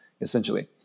essentially